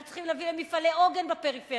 אנחנו צריכים להביא להקמת מפעלי עוגן בפריפריה,